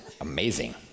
amazing